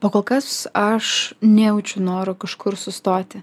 pakol kas aš nejaučiu noro kažkur sustoti